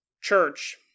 church